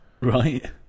Right